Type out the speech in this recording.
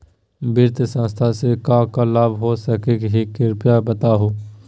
वित्तीय संस्था से का का लाभ हो सके हई कृपया बताहू?